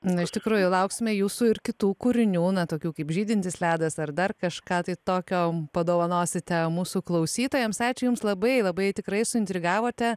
na iš tikrųjų lauksime jūsų ir kitų kūrinių na tokių kaip žydintis ledas ar dar kažką tai tokio padovanosite mūsų klausytojams ačiū jums labai labai tikrai suintrigavote